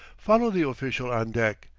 followed the official on deck,